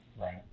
Right